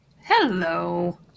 Hello